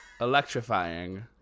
Electrifying